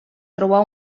trobar